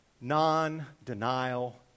Non-denial